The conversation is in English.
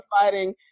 fighting